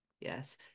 Yes